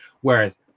Whereas